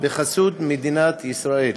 בחסות מדינת ישראל.